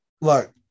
Look